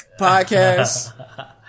podcast